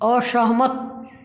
असहमत